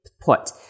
put